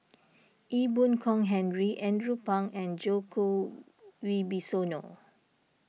Ee Boon Kong Henry Andrew Phang and Djoko Wibisono